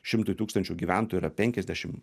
šimtui tūkstančių gyventojų yra penkiasdešim